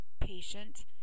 patient